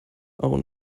own